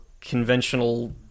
conventional